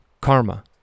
Karma